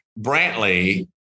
Brantley